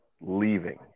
leaving